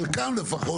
חלקם לפחות,